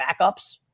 backups